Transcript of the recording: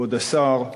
כבוד השר: